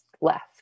left